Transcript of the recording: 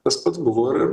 tas pats buvo ir